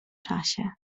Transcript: czasie